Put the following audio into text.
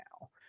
now